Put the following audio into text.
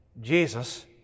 Jesus